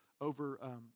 over